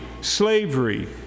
slavery